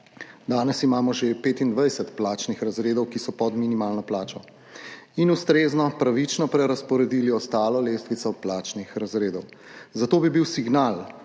danes imamo že 25 plačnih razredov, ki so pod minimalno plačo, in ustrezno, pravično prerazporedili ostalo lestvico plačnih razredov. Zato bi bil signal,